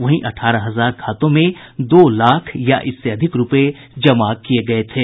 वहीं अठारह हजार खातों में दो लाख या इससे अधिक रूपये जमा किये गये थे